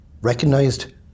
recognised